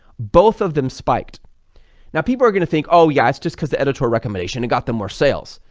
both of them spiked now people are going to think, oh yeah, it's just because the editorial recommendation and got them more sales.